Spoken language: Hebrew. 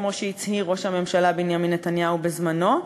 כמו שהצהיר ראש הממשלה בנימין נתניהו בזמנו,